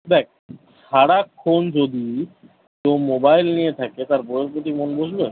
দেখ সারাক্ষণ যদি কেউ মোবাইল নিয়ে থাকে তার বইয়ের প্রতি মন বসবে